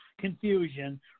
confusion